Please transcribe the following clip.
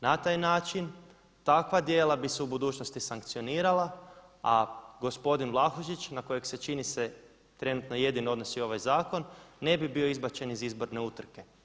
Na taj način takva djela bi se u budućnosti sankcionirala a gospodin Vlahušić na kojeg se čini se trenutno jedino odnosi ovaj zakon ne bi bio izbačen iz izborne utrke.